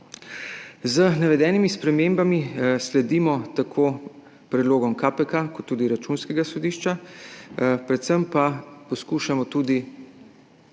Z navedenimi spremembami sledimo tako predlogom KPK kot tudi Računskega sodišča, predvsem pa poskušamo tudi